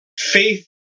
faith